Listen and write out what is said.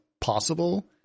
possible